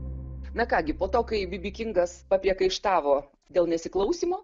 na ką gi po to kai bibi kingas papriekaištavo dėl nesiklausymo